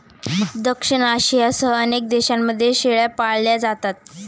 दक्षिण आशियासह अनेक देशांमध्ये शेळ्या पाळल्या जातात